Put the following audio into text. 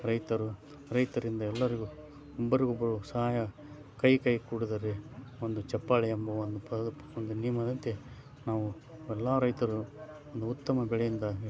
ರೈತರು ರೈತರಿಂದ ಎಲ್ಲರಿಗೂ ಒಬ್ಬರಿಗೊಬ್ಬರು ಸಹಾಯ ಕೈ ಕೈ ಕೂಡಿದರೆ ಒಂದು ಚಪ್ಪಾಳೆ ಎಂಬುವ ಒಂದು ಪದದ ಒಂದು ನಿಯಮದಂತೆ ನಾವು ಎಲ್ಲ ರೈತರು ಒಂದು ಉತ್ತಮ ಬೆಳೆಯಿಂದಾಗಿ